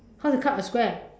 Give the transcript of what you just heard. how to cut a square